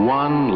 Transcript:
one